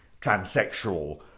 transsexual